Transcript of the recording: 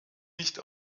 nicht